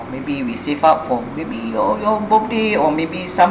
maybe we save up for maybe your your birthday or maybe some